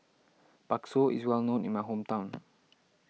Bakso is well known in my hometown